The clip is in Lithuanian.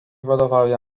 vadovauja